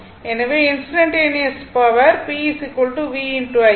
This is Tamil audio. எனவே instantaneous power p v I